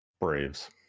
Braves